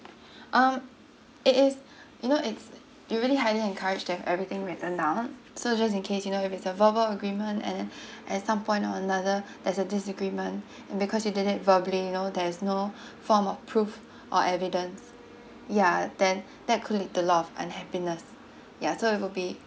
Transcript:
um it is you know it's you really highly encouraged to have everything written down so just in case you know if it's a verbal agreement and then at some point or another there's a disagreement and because you did it verbally you know there is no form of proof or evidence ya then that could lead to lot of unhappiness ya so it will be